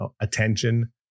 attention